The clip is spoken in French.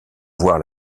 voir